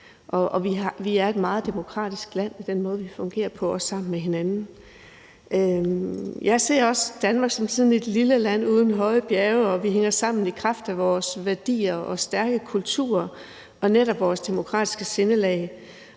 og vi er et meget demokratisk land i den måde, vi fungerer på, også sammen med hinanden. Jeg ser også Danmark som sådan et lille land uden høje bjerge, og at vi hænger sammen i kraft af vores værdier og stærke kultur og netop vores demokratiske sindelag,